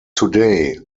today